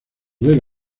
del